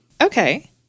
Okay